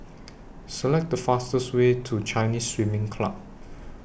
Select The fastest Way to Chinese Swimming Club